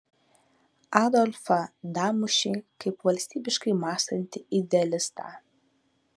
adolfą damušį kaip valstybiškai mąstantį idealistą